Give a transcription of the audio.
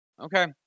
Okay